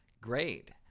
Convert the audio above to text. Great